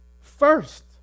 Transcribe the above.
first